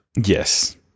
Yes